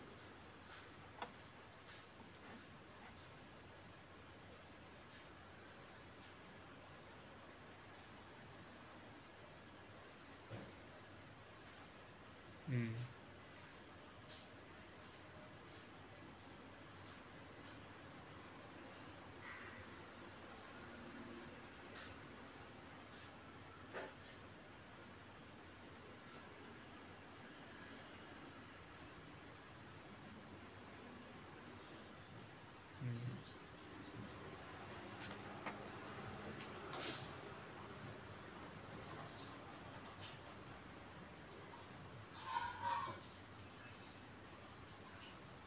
mm